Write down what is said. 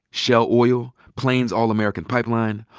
shell oil, plains all american pipeline,